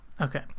okay